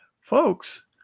folks